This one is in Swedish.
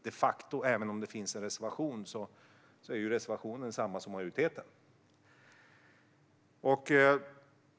Det finns visserligen en reservation, men den överensstämmer med majoritetens ståndpunkt.